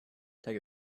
take